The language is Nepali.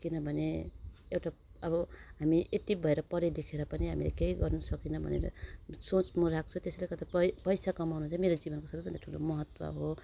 किनभने एउटा अब हामी यति भएर पढे लेखेर पनि हामीले केही गर्न सकेन भनेर सोच म राख्छु त्यसैले गर्दा पै पैसा कमाउनु चाहिँ मेरो जीवनको सबैभन्दा ठुलो महत्त्व हो